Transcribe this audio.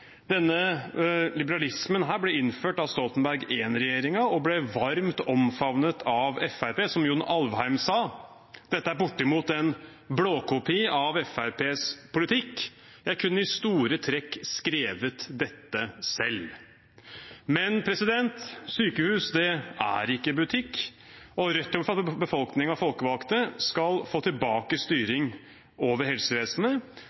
Denne liberalismen ble innført av Stoltenberg I-regjeringen og ble varmt omfavnet av Fremskrittspartiet. Som John Alvheim sa: «Dette er bortimot en blåkopi av FrPs politikk. I store trekk kunne jeg ha skrevet dette selv.» Men sykehus er ikke butikk, og Rødt vil at befolkning og folkevalgte skal få tilbake styringen over helsevesenet,